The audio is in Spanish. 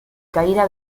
caída